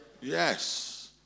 Yes